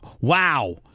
wow